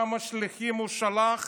כמה שליחים הוא שלח,